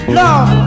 love